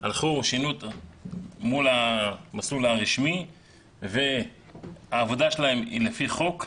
הלכו מול המסלול הרשמי והעבודה שלהם היא לפי חוק.